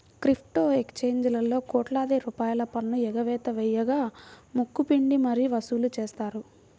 crypto ఎక్స్చేంజీలలో కోట్లాది రూపాయల పన్ను ఎగవేత వేయగా ముక్కు పిండి మరీ వసూలు చేశారు